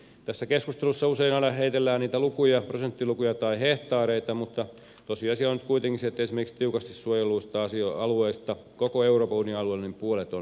tietysti tässä keskustelussa aina heitellään niitä lukuja prosenttilukuja tai hehtaareita mutta tosiasia on nyt kuitenkin se että esimerkiksi tiukasti suojelluista alueista koko euroopan unionin alueella puolet on suomessa